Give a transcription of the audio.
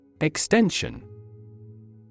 Extension